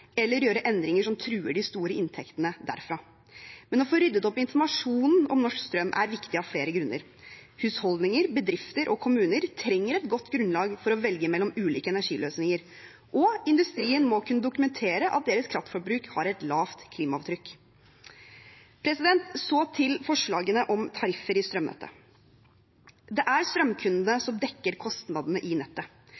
eller gjøre endringer som truer de store inntektene derfra, men å få ryddet opp i informasjonen om norsk strøm er viktig av flere grunner. Husholdninger, bedrifter og kommuner trenger et godt grunnlag for å velge mellom ulike energiløsninger, og industrien må kunne dokumentere at deres kraftforbruk har et lavt klimaavtrykk. Så til forslagene om tariffer i strømnettet. Det er strømkundene